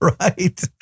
right